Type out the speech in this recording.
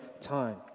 time